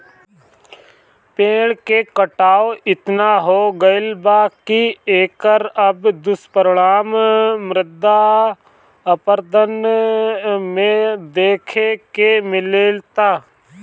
पेड़ के कटाव एतना हो गईल बा की एकर अब दुष्परिणाम मृदा अपरदन में देखे के मिलता